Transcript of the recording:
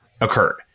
occurred